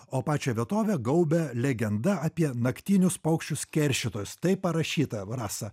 o pačią vietovę gaubia legenda apie naktinius paukščius keršytojus taip parašyta rasa